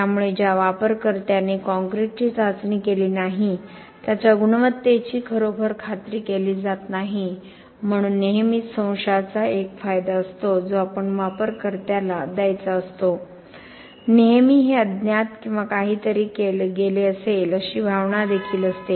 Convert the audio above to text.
त्यामुळे ज्या वापरकर्त्याने कॉंक्रिटची चाचणी केली नाही त्याच्या गुणवत्तेची खरोखर खात्री केली जात नाही म्हणून नेहमीच संशयाचा एक फायदा असतो जो आपण वापरकर्त्याला द्यायचा असतो नेहमी हे अज्ञात किंवा काहीतरी गेले असेल अशी भावना देखील असते